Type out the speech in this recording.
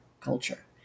culture